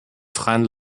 freien